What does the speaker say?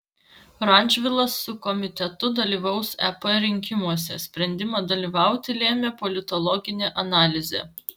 radžvilas su komitetu dalyvaus ep rinkimuose sprendimą dalyvauti lėmė politologinė analizė